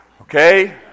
okay